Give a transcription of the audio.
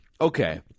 Okay